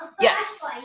yes